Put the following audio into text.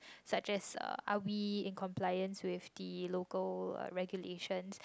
such as uh are we in compliance with the local regulations